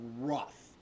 rough